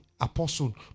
apostle